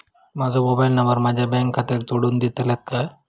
माजो mobile number माझ्या bank खात्याक जोडून दितल्यात काय?